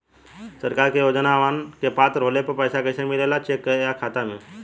सरकार के योजनावन क पात्र होले पर पैसा कइसे मिले ला चेक से या खाता मे?